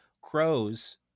crows